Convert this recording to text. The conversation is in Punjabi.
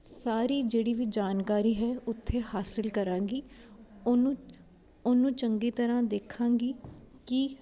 ਸਾਰੀ ਜਿਹੜੀ ਵੀ ਜਾਣਕਾਰੀ ਹੈ ਉੱਥੇ ਹਾਸਲ ਕਰਾਂਗੀ ਉਹਨੂੰ ਉਹਨੂੰ ਚੰਗੀ ਤਰ੍ਹਾਂ ਦੇਖਾਂਗੀ ਕੀ